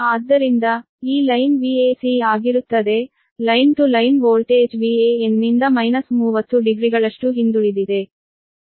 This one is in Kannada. ಆದ್ದರಿಂದ ಈ ಲೈನ್ Vac ಆಗಿರುತ್ತದೆ line to line voltage Van ನಿಂದ ಮೈನಸ್ 30 ಡಿಗ್ರಿಗಳಷ್ಟು ಹಿಂದುಳಿದಿದೆ